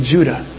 Judah